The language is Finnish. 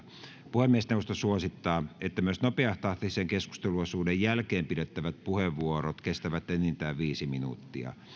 puhemiesneuvosto suosittaa että myös nopeatahtisen keskusteluosuuden jälkeen pidettävät puheenvuorot kestävät enintään viisi minuuttia